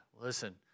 listen